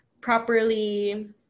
properly